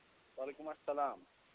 وعلیکُم اَلسلام